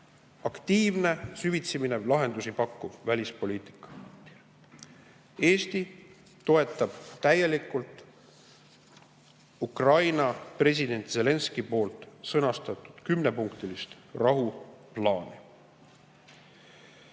aktiivne, süvitsi minev, lahendusi pakkuv välispoliitika. Eesti toetab täielikult Ukraina presidendi Zelenskõi poolt sõnastatud kümnepunktilist rahuplaani.